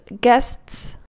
guests